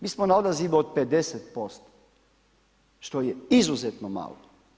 Mi smo na odazivu od 50%, što je izuzetno malo.